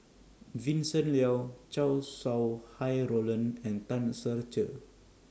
Vincent Leow Chow Sau Hai Roland and Tan Ser Cher